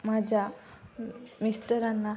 माझ्या मिस्टरांना